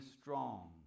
strong